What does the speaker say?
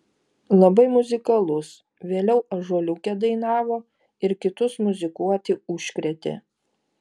labai muzikalus vėliau ąžuoliuke dainavo ir kitus muzikuoti užkrėtė